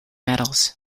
medals